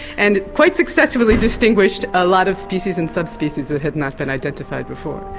and quite successfully distinguished a lot of species and sub-species that had not been identified before.